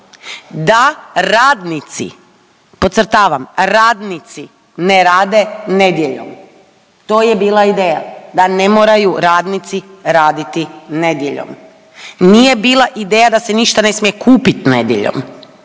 da radnici, podcrtavam radnici ne rade nedjeljom. To je bila ideja da ne moraju radnici raditi nedjeljom. Nije bila ideja da se ništa ne smije kupit nedjeljom,